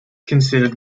considered